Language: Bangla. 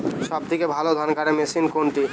সবথেকে ভালো ধানকাটা মেশিন কোনটি?